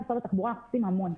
- -ומשרד התחבורה עושים המון.